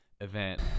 event